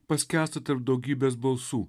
paskęsta tarp daugybės balsų